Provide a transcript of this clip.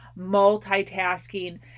multitasking